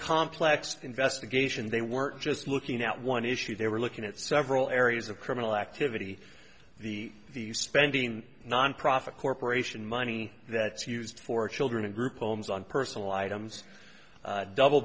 complex investigation they weren't just looking at one issue they were looking at several areas of criminal activity the the spending nonprofit corporation money that's used for children and group homes on personal items double